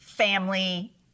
family